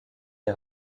les